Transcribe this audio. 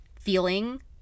feeling